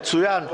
מצוין.